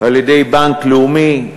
על-ידי בנק לאומי,